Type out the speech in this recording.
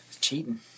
cheating